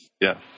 Yes